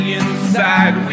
inside